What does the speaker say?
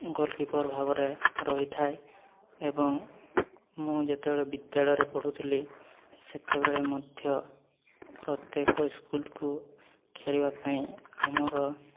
goal keeper ଭାବରେ ରହିଥାଏ ଏବଂ ମୁଁ ଯେତେବେଳେ ବିଦ୍ୟାଳୟରେ ପଢ଼ୁଥିଲି ସେତେବେଳେ ମଧ୍ୟ ପ୍ରତ୍ୟେକ ସ୍କୁଲକୁ ଖେଳିବା ପାଇଁ ଆମର